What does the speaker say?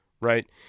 right